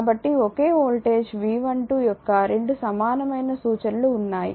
కాబట్టి ఒకే voltage V12 యొక్క 2 సమానమైన సూచనలు ఉన్నాయి